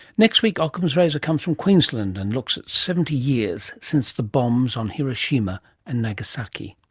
next week ockham's razor comes from queensland and looks at seventy years since the bombs on hiroshima and nagasaki.